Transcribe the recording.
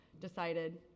decided